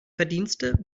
verdienste